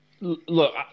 look